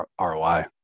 ROI